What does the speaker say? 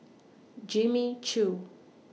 Jimmy Choo